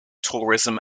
tourism